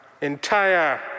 entire